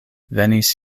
venis